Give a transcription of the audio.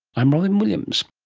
i'm robyn williams